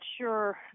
sure